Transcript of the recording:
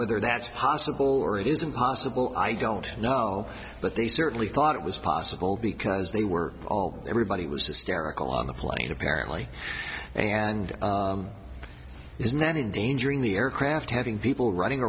whether that's possible or it isn't possible i don't know but they certainly thought it was possible because they were all everybody was hysterical on the plane apparently and he's not in danger in the aircraft having people running